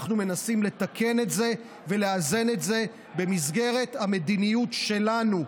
אנחנו מנסים לתקן את זה ולאזן את זה במסגרת המדיניות שלנו.